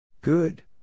Good